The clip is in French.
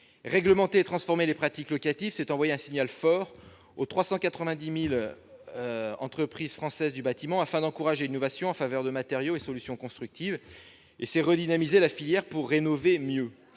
Réglementer et transformer les pratiques locatives, c'est envoyer un signal fort aux 390 000 entreprises françaises du bâtiment, afin d'encourager l'innovation en faveur de matériaux et de solutions constructives. C'est aussi redynamiser la filière pour rénover mieux.